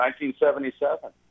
1977